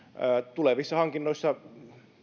tulevissa hankinnoissa